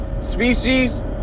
species